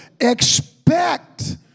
Expect